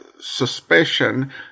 suspicion